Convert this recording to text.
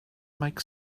make